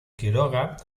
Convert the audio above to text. quiroga